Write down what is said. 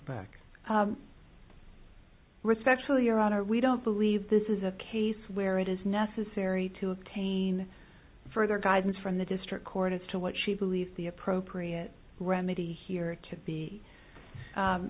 k respectfully your honor we don't believe this is a case where it is necessary to obtain further guidance from the district court as to what she believes the appropriate remedy here to be